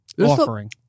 offering